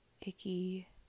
icky